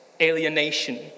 alienation